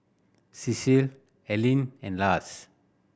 Cecile Alene and Lars